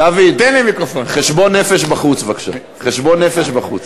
דוד, חשבון נפש בחוץ, בבקשה, חשבון נפש בחוץ.